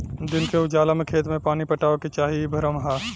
दिन के उजाला में खेत में पानी पटावे के चाही इ भ्रम ह